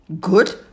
Good